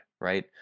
right